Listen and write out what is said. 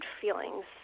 feelings